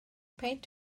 peint